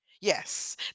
Yes